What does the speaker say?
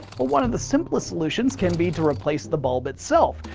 well, one of the simplest solutions can be to replace the bulb itself.